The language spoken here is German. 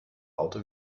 auto